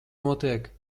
notiek